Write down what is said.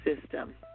system